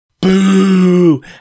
Boo